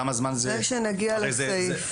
זה כשנגיע לסעיף.